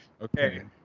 Okay